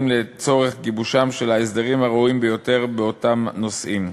לצורך גיבושם של ההסדרים הראויים ביותר באותם נושאים.